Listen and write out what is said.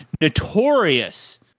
notorious